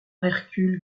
hercule